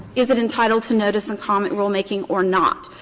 is it entitled to notice-and-comment rulemaking or not?